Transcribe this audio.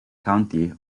county